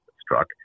struck